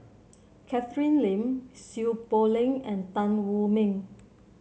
Catherine Lim Seow Poh Leng and Tan Wu Meng